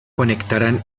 conectarán